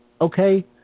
Okay